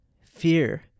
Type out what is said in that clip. fear